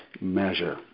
measure